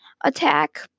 attack